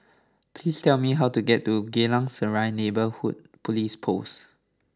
please tell me how to get to Geylang Serai Neighbourhood Police Post